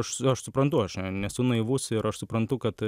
aš suprantu aš nesu naivus ir aš suprantu kad